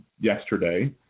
yesterday